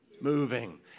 moving